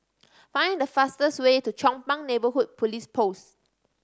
find the fastest way to Chong Pang Neighbourhood Police Post